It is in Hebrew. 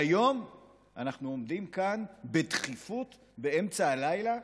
והיום אנחנו עומדים כאן בדחיפות, באמצע הלילה,